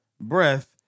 breath